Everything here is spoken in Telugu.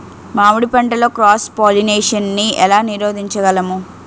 మామిడి పంటలో క్రాస్ పోలినేషన్ నీ ఏల నీరోధించగలము?